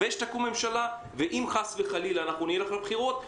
אבל אם חס וחלילה נלך לבחירות,